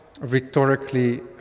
rhetorically